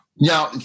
Now